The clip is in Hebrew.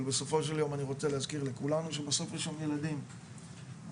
אבל בסופו של יום אני ורצה להזכיר לכולנו שבסוף יש ילדים והם